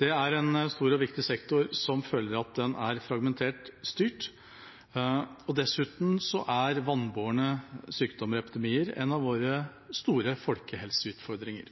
Det er en stor og viktig sektor som føler at den er fragmentertstyrt. Dessuten er vannbårne sykdommer og epidemier en av våre store folkehelseutfordringer.